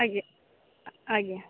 ଆଜ୍ଞା ଆଜ୍ଞା